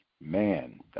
Man